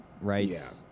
right